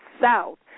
South